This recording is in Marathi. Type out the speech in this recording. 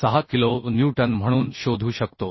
6 किलो न्यूटन म्हणून शोधू शकतो